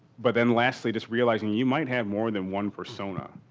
but then lastly just realizing you might have more than one persona.